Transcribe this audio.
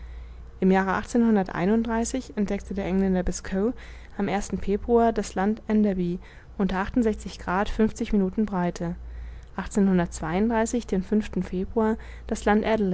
im jahre entdeckte der engländer biscoe am februar das land wie und minuten breite den februar das land